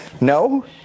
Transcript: No